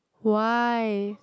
why